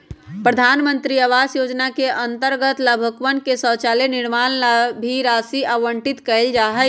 प्रधान मंत्री आवास योजना के अंतर्गत लाभुकवन के शौचालय निर्माण ला भी राशि आवंटित कइल जाहई